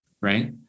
right